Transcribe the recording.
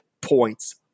points